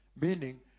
Meaning